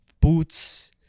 Boots